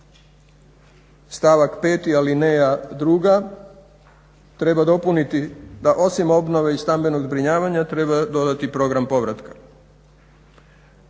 stavak 5. alineja 2. treba dopuniti da osim obnove i stambenog zbrinjavanja treba dodati program povratka.